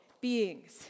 beings